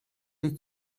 jej